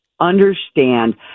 understand